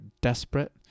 desperate